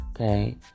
Okay